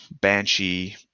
Banshee